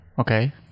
Okay